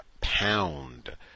pound